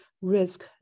risk